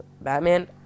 Batman